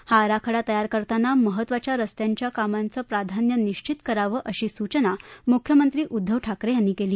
हा आराखडा तयार करताना महत्वाच्या रस्त्यांच्या कामांचे प्राधान्य निश्वित करावं अशी सूचना मुख्यमंत्री उद्धव ठाकरे यांनी केली